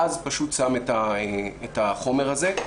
ואז פשוט שם את החומר הזה.